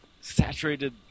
saturated